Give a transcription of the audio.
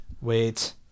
wait